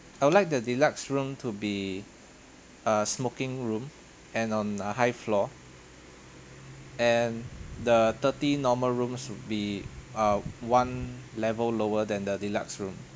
I would like the deluxe room to be a smoking room and on a high floor and the thirty normal rooms would be uh one level lower than the deluxe room